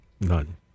None